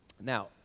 Now